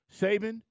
Saban